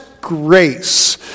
grace